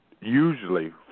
usually